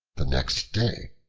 the next day,